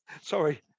Sorry